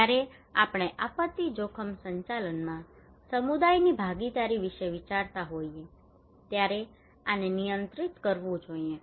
જ્યારે આપણે આપત્તિ જોખમ સંચાલનમાં સમુદાયોની ભાગીદારી વિશે વિચારતા હોઈએ ત્યારે આને નિયંત્રિત કરવું જોઈએ